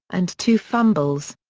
and two fumbles.